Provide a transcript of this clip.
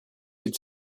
had